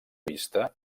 vista